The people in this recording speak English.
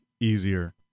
easier